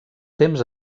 temps